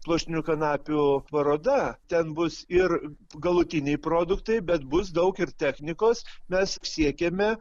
pluoštinių kanapių paroda ten bus ir galutiniai produktai bet bus daug ir technikos mes siekiame